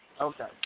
Okay